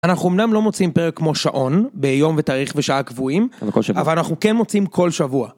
אנחנו אמנם לא מוציאים פרק כמו שעון ביום ותאריך ושעה קבועים אבל אנחנו כן מוצאים כל שבוע.